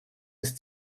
ist